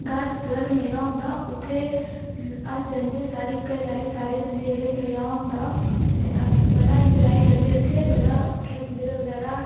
ग्हार जित्तो जेह्का मेला होंदा उत्थै अस जंदे साढ़ी घरैआह्ले सार जंदे जेल्लै मेला होंदा अदे अस बड़ा इंजाए करदे उत्थै बड़ा खेलदे